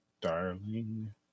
Darling